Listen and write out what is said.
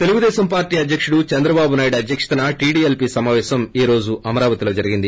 Telugu Desam party అధ్యక్షుడు చంద్రబాబు నాయుడు అధ్యక్షతన TDLP సమావేశం ఈ రోజు అమరావతిలో జరిగింది